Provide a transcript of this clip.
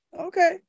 Okay